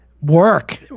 work